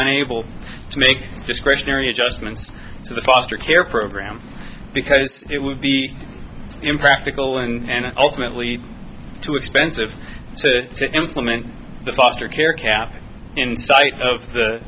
unable to make discretionary adjustments to the foster care program because it would be impractical and ultimately too expensive to implement the foster care cap in sight